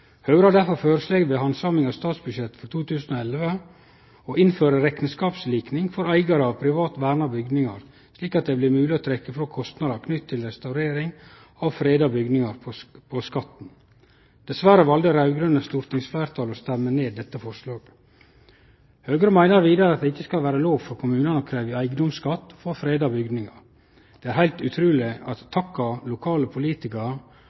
Høgre har derfor føreslege ved handsaminga av statsbudsjettet for 2011 å innføre rekneskapslikning for eigarar av private verna bygningar, slik at det blir mogleg å trekkje frå kostnader knytte til restaurering av freda bygningar på skatten. Dessverre valde det raud-grøne stortingsfleirtalet å stemme ned dette forslaget. Høgre meiner vidare at det ikkje skal vere lov for kommunane å krevje eigedomsskatt på freda bygningar. Det er heilt utruleg at takka som lokale